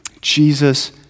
Jesus